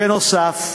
בנוסף,